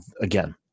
again